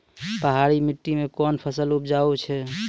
पहाड़ी मिट्टी मैं कौन फसल उपजाऊ छ?